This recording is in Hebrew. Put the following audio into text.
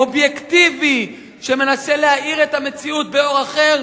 אובייקטיבי שמנסה להאיר את המציאות באור אחר,